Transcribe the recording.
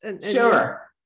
Sure